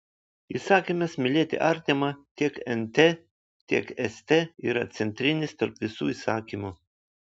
įsakymas mylėti artimą tiek nt tiek st yra centrinis tarp visų įsakymų